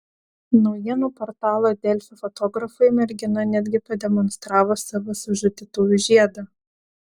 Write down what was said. naujienų portalo delfi fotografui mergina netgi pademonstravo savo sužadėtuvių žiedą